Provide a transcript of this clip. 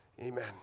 Amen